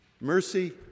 Mercy